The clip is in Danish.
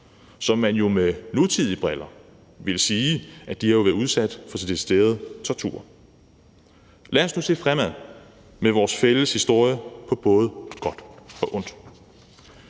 som man jo med nutidige briller ville sige har været udsat for decideret tortur. Lad os nu se fremad med vores fælles historie på både godt og ondt.